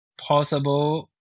possible